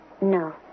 No